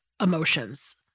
emotions